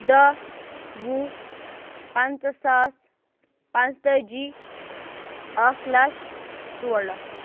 دٔہ وُہ پَنٛژہ ساس پانژتٲجی اکھ لچھ ژور لچھ